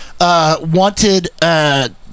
wanted